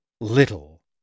little